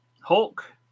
Hulk